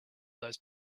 those